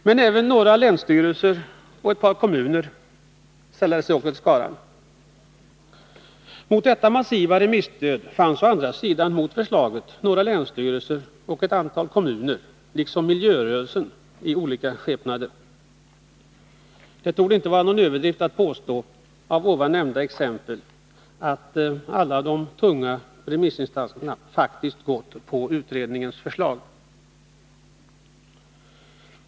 Men även några länsstyrelser och ett par kommuner sällade sig till den positiva skaran. Mot detta massiva remisstöd fanns å andra sidan mot förslaget några länsstyrelser och ett antal kommuner liksom miljörörelsen i olika skepnader. Det torde inte vara någon överdrift att påstå att här nämnda exempel ger besked om att alla de tunga remissinstanserna anslutit sig till utredningens förslag.